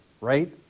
right